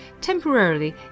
temporarily